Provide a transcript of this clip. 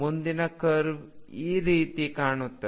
ಮುಂದಿನ ಕರ್ವ್ ಈ ರೀತಿ ಕಾಣುತ್ತದೆ